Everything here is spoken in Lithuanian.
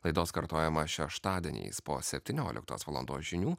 laidos kartojimą šeštadieniais po septynioliktos valandos žinių